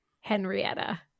henrietta